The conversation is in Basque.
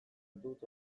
dut